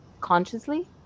consciously